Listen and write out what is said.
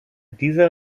dieser